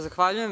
Zahvaljujem.